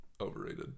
Overrated